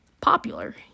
popular